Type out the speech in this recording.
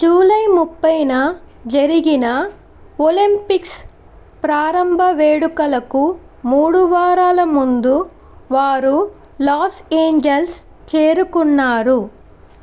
July ముప్పైన జరిగిన Olympics ప్రారంభ వేడుకలకు మూడు వారాల ముందు వారు లాస్ ఏంజెల్స్ చేరుకున్నారు